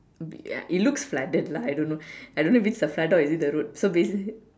be uh it looks like the I don't know I don't know if flooded or is it the road so basically